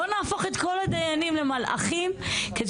בוא נהפוך את כל הדיינים למלאכים כדי